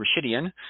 Rashidian